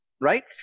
right